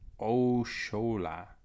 Oshola